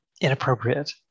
inappropriate